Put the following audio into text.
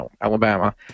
Alabama